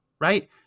right